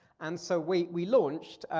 and so we we launched,